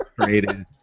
created